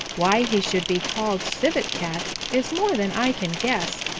why he should be called civet cat is more than i can guess,